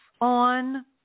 on